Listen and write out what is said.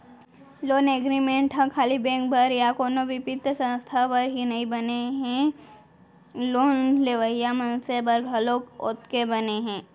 loan agreement ह खाली bank बर या कोनो बित्तीय संस्था बर ही बने नइ हे लोन लेवइया मनसे बर घलोक ओतके बने हे